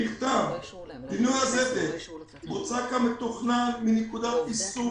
פינוי הזפת בוצע כמתוכנן מנקודות איסוף